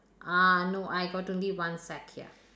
ah no I got only one sack here